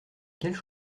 quelles